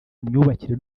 myubakire